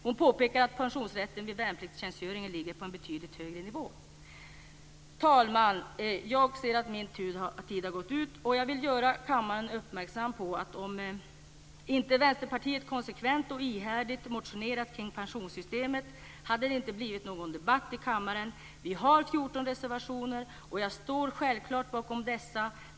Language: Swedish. Hon påpekar också att pensionsrätten vid värnpliktstjänstgöring ligger på en betydligt högre nivå. Herr talman! Jag ser att min talartid är slut. Jag vill göra kammaren uppmärksam på att om inte Vänsterpartiet konsekvent och ihärdigt motionerat kring pensionssystemet, hade det inte blivit någon debatt i kammaren. Vi har 14 reservationer, och jag står självklart bakom dessa.